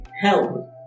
help